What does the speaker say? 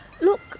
Look